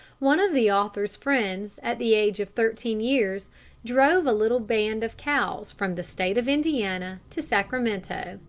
one of the author's friends at the age of thirteen years drove a little band of cows from the state of indiana to sacramento.